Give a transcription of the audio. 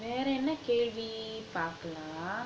வேற என்ன கேள்வி பாக்கலாம்:vera enna kelvi pakkalam